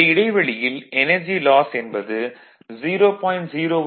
இந்த இடைவெளியில் energy loss என்பது 0